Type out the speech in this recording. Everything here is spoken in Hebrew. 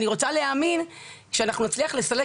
אני רוצה להאמין שאנחנו נצליח לסלק